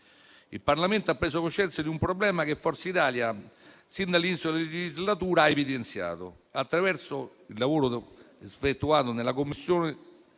Il Parlamento ha preso coscienza di un problema che Forza Italia, sin dall'inizio legislatura, ha evidenziato attraverso il lavoro effettuato nella Commissione